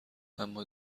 اما